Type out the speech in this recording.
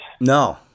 no